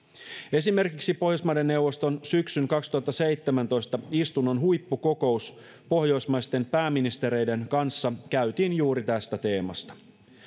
esimerkiksi pohjoismaiden neuvoston syksyn kaksituhattaseitsemäntoista istunnon huippukokous pohjoismaisten pääministereiden kanssa käytiin juuri tästä teemasta